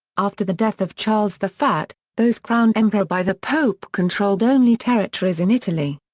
after the death of charles the fat, those crowned emperor by the pope controlled only territories in italy.